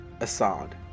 Assad